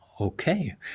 Okay